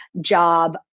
job